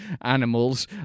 animals